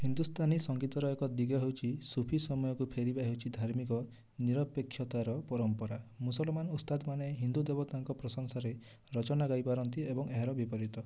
ହିନ୍ଦୁସ୍ତାନୀ ସଂଗୀତର ଏକ ଦିଗ ହେଉଛି ସୁଫି ସମୟକୁ ଫେରିବା ହେଉଛି ଧାର୍ମିକ ନିରପେକ୍ଷତାର ପରମ୍ପରା ମୁସଲମାନ ଉସ୍ତାଦମାନେ ହିନ୍ଦୁ ଦେବତାଙ୍କ ପ୍ରଶଂସାରେ ରଚନା ଗାଇପାରନ୍ତି ଏବଂ ଏହାର ବିପରୀତ